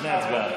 לפני ההצבעה?